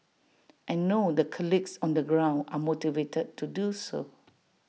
I know the colleagues on the ground are motivated to do so